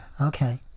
Okay